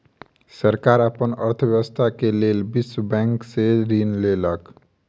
सरकार अपन अर्थव्यवस्था के लेल विश्व बैंक से ऋण लेलक